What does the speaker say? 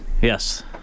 Yes